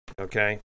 Okay